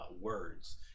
words